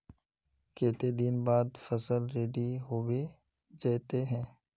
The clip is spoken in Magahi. केते दिन बाद फसल रेडी होबे जयते है?